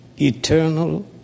Eternal